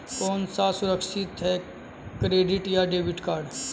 कौन सा सुरक्षित है क्रेडिट या डेबिट कार्ड?